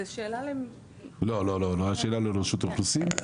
לא לא השאלה לא לרשות האוכלוסין.